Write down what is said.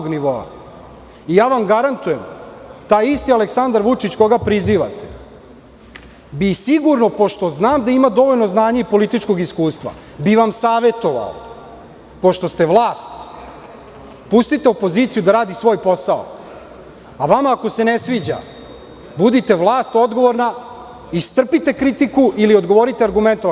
Garantujem vam, taj isti Aleksandar Vučić koga prizivate bi sigurno, pošto znam da ima dovoljno znanja i političkog iskustva, vam savetovao, pošto ste vlast, pustite opoziciju da radi svoj posao, a vama ako se ne sviđa, budite odgovorna vlast, istrpite kritiku ili odgovorite argumentovano.